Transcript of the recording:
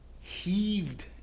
heaved